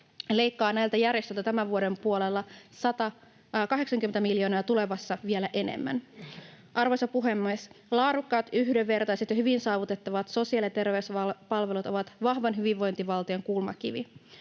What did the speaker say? leikkaa näiltä järjestöiltä tämän vuoden puolella 180 miljoonaa ja tulevaisuudessa vielä enemmän. Arvoisa puhemies! Laadukkaat, yhdenvertaiset ja hyvin saavutettavat sosiaali- ja terveyspalvelut ovat vahvan hyvinvointivaltion kulmakivi.